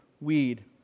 weed